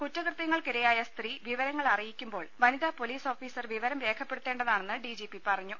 കുറ്റക്വത്യങ്ങൾക്കിരയായ സ്ത്രീ വിവരങ്ങൾ അറിയിക്കുമ്പോൾ വനിതാ പൊലീസ് ഓഫീസർ വിവരം രേഖപ്പെടുത്തേണ്ടതാണെന്ന് ഡി ജി പി പറഞ്ഞു